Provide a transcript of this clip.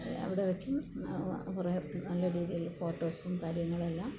അവിടെ വെച്ച് കുറേ നല്ല രീതിയിൽ ഫോട്ടോസും കാര്യങ്ങളും എല്ലാം